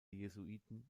jesuiten